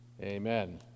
Amen